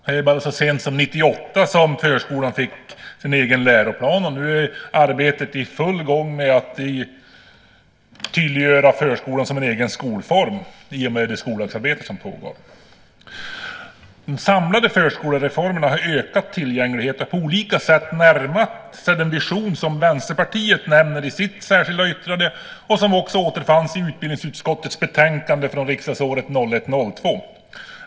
Det var så sent som 1998 som förskolan fick sin egen läroplan, och nu är arbetet i full gång med att tydliggöra förskolan som en egen skolform i och med det skollagsarbete som pågår. De samlade förskolereformerna har ökat tillgängligheten och på olika sätt närmat sig den vision som Vänsterpartiet nämner i sitt särskilda yttrande. Den återfanns också i utbildningsutskottets betänkande från riksdagsåret 2001/02.